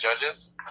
judges